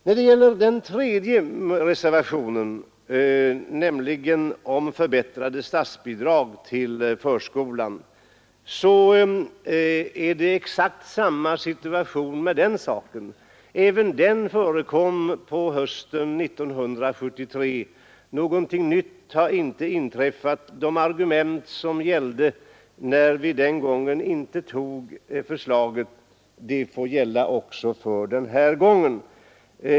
Även det förslag som framförs i reservationen 3, om förbättrade statsbidrag till förskolan, förekom till behandling hösten 1973, och någonting nytt har inte inträffat. De argument som gällde när riksdagen den gången inte antog förslaget gäller även i dag.